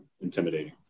intimidating